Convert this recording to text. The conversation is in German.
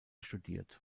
studiert